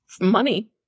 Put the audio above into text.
Money